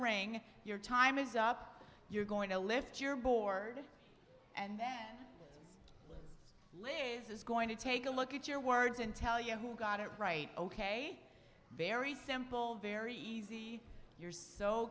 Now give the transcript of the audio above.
ring your time is up you're going to lift your board and lives is going to take a look at your words and tell you who got it right ok very simple very easy you're so